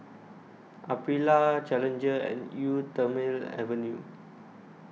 Aprilia Challenger and Eau Thermale Avene